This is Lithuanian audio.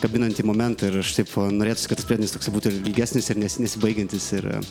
kabinantį momentą ir aš taip norėsiu kad tas priedainis toksai būtų ilgesnis ir nesi nesibaigiantis yra